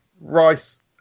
Rice